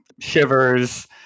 shivers